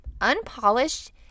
unpolished